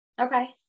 Okay